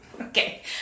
okay